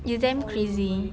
it's damn crazy